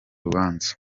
rubanza